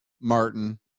Martin